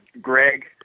Greg